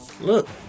Look